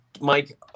Mike